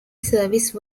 service